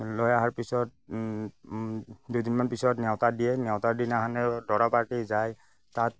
লৈ অহাৰ পিছত দুদিনমান পিছত নেওঁতা দিয়ে নেওঁতাৰ দিনাখনে দৰাপাৰ্টী যায় তাত